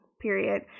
period